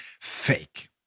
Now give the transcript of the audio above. fake